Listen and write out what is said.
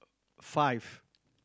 five